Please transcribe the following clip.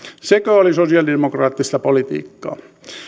sekö oli sosialidemokraattista politiikkaa